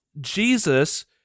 Jesus